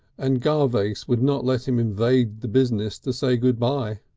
and garvace would not let him invade the business to say good-by.